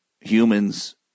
Humans